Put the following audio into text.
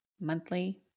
monthly